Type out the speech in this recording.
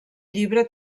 llibre